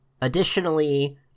additionally